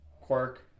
quirk